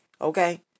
Okay